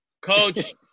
Coach